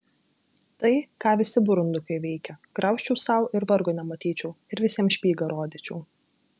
tai ką visi burundukai veikia graužčiau sau ir vargo nematyčiau ir visiems špygą rodyčiau